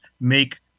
make